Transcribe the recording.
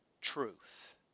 truth